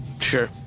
Sure